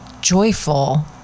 joyful